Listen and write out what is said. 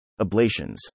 Ablations